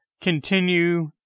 continue